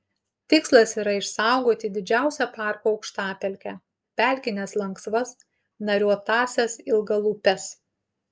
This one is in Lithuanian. tikslas yra išsaugoti didžiausią parko aukštapelkę pelkines lanksvas nariuotąsias ilgalūpes